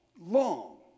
long